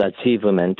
achievement